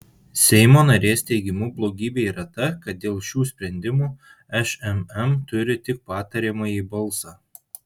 seimo narės teigimu blogybė yra ta kad dėl šių sprendimų šmm turi tik patariamąjį balsą